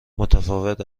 متفاوت